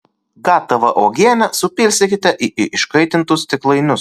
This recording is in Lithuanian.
gatavą uogienę supilstykite į iškaitintus stiklainius